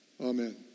Amen